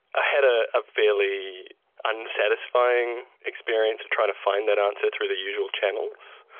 ah had ah a fairly unsatisfying experience of trying to find that answer through the usual channels.